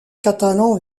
catalan